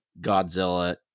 Godzilla